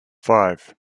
five